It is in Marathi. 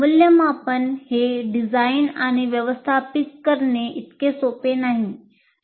मूल्यमापन हे डिझाइन आणि व्यवस्थापित करणे इतके सोपे नाही